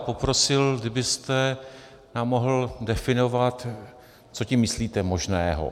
Poprosil bych, kdybyste nám mohl definovat, co tím myslíte možného.